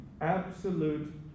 absolute